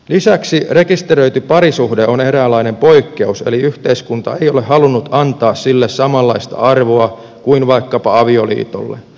lisäksi rekisteröity parisuhde on eräänlainen poikkeus eli yhteiskunta ei ole halunnut antaa sille samanlaista arvoa kuin vaikkapa avioliitolle